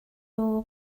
law